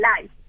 life